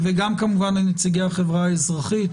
וגם כמובן לנציגי החברה האזרחית,